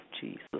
Jesus